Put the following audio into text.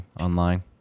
online